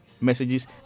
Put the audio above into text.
messages